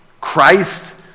christ